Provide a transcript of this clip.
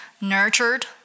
nurtured